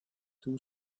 two